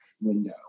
window